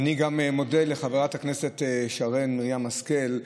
אני גם מודה לחברת הכנסת שרן מרים השכל,